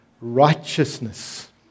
righteousness